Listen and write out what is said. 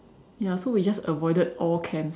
ya so we just avoided all camps